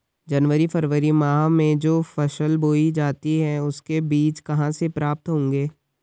जनवरी फरवरी माह में जो फसल बोई जाती है उसके बीज कहाँ से प्राप्त होंगे?